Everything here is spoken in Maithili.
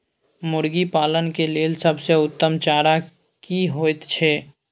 मुर्गी पालन के लेल सबसे उत्तम चारा की होयत छै?